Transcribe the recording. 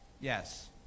yes